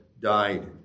died